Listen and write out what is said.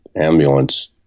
ambulance